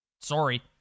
Sorry